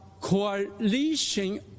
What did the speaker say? coalition